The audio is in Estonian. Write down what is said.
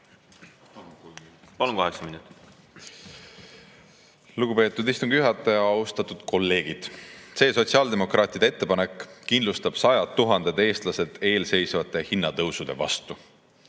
Palun, kaheksa minutit lisaaega. Lugupeetud istungi juhataja! Austatud kolleegid! See sotsiaaldemokraatide ettepanek kindlustab sajad tuhanded eestlased eelseisvate hinnatõusude vastu.